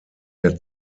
der